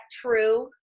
true